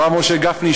הרב משה גפני,